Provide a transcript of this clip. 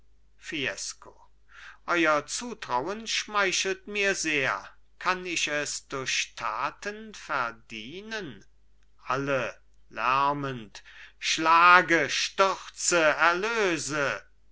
euer zutrauen schmeichelt mir sehr kann ich es durch taten verdienen alle lärmend schlage stürze erlöse